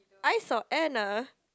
I saw Anna